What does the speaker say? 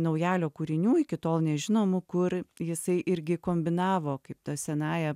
naujalio kūrinių iki tol nežinomų kur jisai irgi kombinavo kaip ta senąja